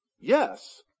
Yes